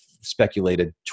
speculated